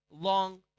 long